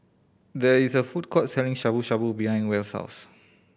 there is a food court selling Shabu Shabu behind Wells' house